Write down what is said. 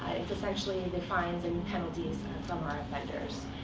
it's essentially the fines and penalties from our offenders.